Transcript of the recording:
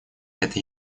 это